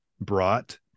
brought